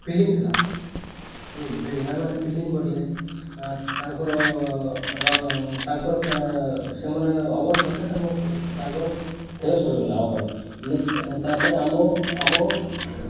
fielding ଥିଲା fielding ଆମେମାନେ fielding କରିଲେ ତାଙ୍କର ତାଙ୍କର ସେମାନେ ଓଭର ସରିଲେ ସେ ତାଙ୍କର ଖେଲ ସରିଗଲା ଓଭର ନେକ୍ସଟ ତା'ପରେ ଆମ ଆମ